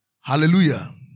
Hallelujah